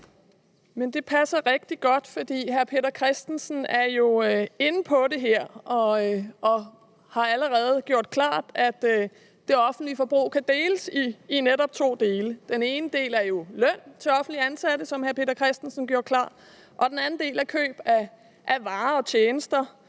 Jamen det passer rigtig godt, for hr. Peter Christensen er jo inde på det her og har allerede gjort det klart, at det offentlige forbrug kan deles op i netop to dele: Den ene del er løn til de offentligt ansatte, og den anden del er køb af varer og tjenester